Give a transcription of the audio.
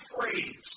phrase